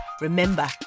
Remember